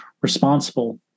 responsible